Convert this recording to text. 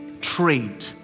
trade